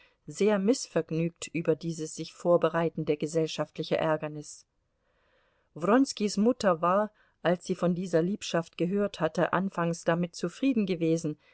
sehr mißvergnügt über dieses sich vorbereitende gesellschaftliche ärgernis wronskis mutter war als sie von dieser liebschaft gehört hatte anfangs damit zufrieden gewesen